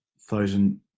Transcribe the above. thousand